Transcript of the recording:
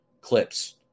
clips